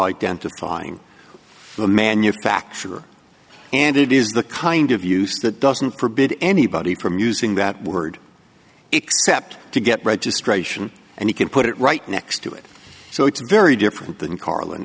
identifying the manufacturer and it is the kind of use that doesn't forbid anybody from using that word except to get registration and you can put it right next to it so it's very different than karl